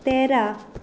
तेरा